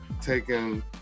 taking